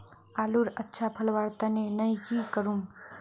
आलूर अच्छा फलवार तने नई की करूम?